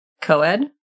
Co-ed